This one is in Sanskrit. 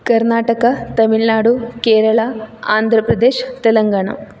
कर्णाटक तमिळ्नाडु केरळ आन्ध्रप्रदेश् तेलङ्गाण